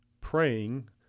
praying